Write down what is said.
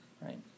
right